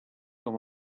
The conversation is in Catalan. com